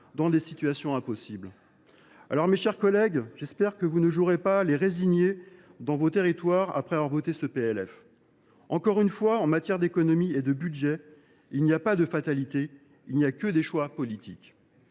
dans des situations impossibles ? Mes chers collègues, j’espère que vous ne jouerez pas les résignés, dans vos territoires, après avoir voté ce PLF. Encore une fois, en matière d’économie et de budget, il n’y a pas de fatalité. Il n’y a que des choix politiques